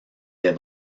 des